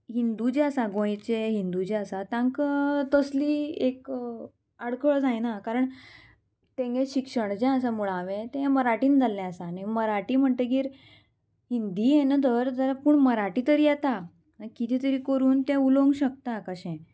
हिंदू जे आसा गोंयचे हिंदू जे आसा तांकां तसली एक आडखळ जायना कारण तेंगे शिक्षण जें आसा मुळावें तें मराठीन जाल्लें आसा आनी मराठी म्हणटगीर हिंदी येना धड जाल्यार पूण मराठी तरी येता आनी किदें तरी करून ते उलोवंक शकता कशे